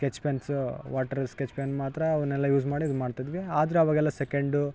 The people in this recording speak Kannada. ಸ್ಕೆಚ್ಪೆನ್ಸ್ ವಾಟ್ರ್ ಸ್ಕೆಚ್ ಪೆನ್ ಮಾತ್ರ ಅವ್ನೆಲ್ಲ ಯೂಸ್ ಮಾಡಿ ಅದನ್ನು ಮಾಡ್ತಿದ್ವಿ ಆದರೆ ಅವಾಗೆಲ್ಲ ಸೆಕೆಂಡು